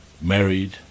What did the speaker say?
married